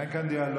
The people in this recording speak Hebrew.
אין כאן דיאלוג.